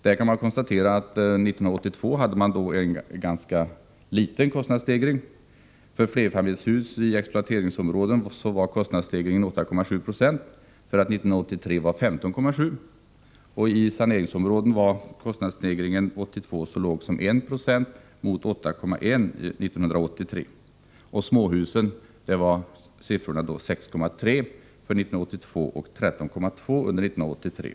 Men man kan konstatera att kostnadsstegringen under 1982 var ganska liten. För flerfamiljshus i exploateringsområden låg kostnadsstegringen på 8,7 70. 1983 låg den på 15,7 90. I saneringsområden låg kostnadsstegringen 1982 på så låg nivå som 1 96 — att jämföra med 8,1 96 år 1983. När det gäller småhusen var motsvarande siffror 6,3 20 för 1982 och 13,2 96 för 1983.